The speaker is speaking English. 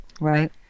Right